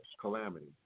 calamity